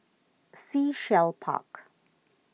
Sea Shell Park